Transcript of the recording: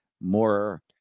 more